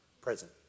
present